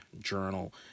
Journal